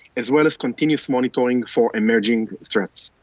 as well as continuous monitoring for emerging threats.